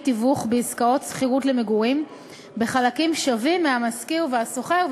תיווך בעסקאות שכירות למגורים בחלקים שווים מהמשכיר והשוכר,